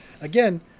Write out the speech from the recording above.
Again